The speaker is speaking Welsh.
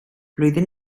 flwyddyn